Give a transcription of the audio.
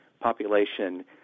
population